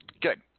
good